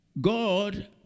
God